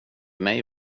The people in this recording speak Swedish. mig